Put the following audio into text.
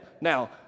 Now